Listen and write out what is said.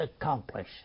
accomplish